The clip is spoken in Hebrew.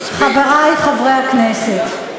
חברי חברי הכנסת,